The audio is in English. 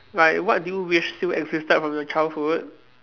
like what do you wish still existed from your childhood